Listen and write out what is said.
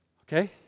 okay